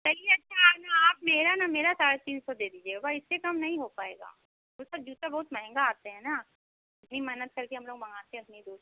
चलिए अच्छा आना आप मेरा ना मेरा साढ़े तीन सौ दे दीजिएगा बस इससे कम नहीं हो पाएगा उसका जूता बहुत महँगा आते हैं ना इतनी मेहनत करके हम लोग मँगाते हैं उतनी दूर से